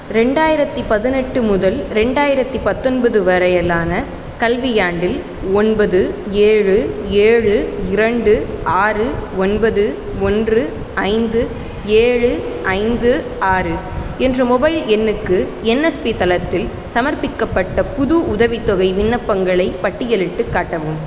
ரெண்டாயிரத்தி பதினெட்டு முதல் ரெண்டாயிரத்தி பத்தொன்பது வரையிலான கல்வியாண்டில் ஒன்பது ஏழு ஏழு இரண்டு ஆறு ஒன்பது ஒன்று ஐந்து ஏழு ஐந்து ஆறு என்ற மொபைல் எண்ணுக்கு என்எஸ்பி தளத்தில் சமர்ப்பிக்கப்பட்ட புது உதவித்தொகை விண்ணப்பங்களைப் பட்டியலிட்டுக் காட்டவும்